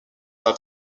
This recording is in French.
pas